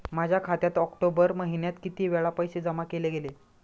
माझ्या खात्यात ऑक्टोबर महिन्यात किती वेळा पैसे जमा केले गेले?